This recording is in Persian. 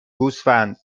گوسفند